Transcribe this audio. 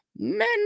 men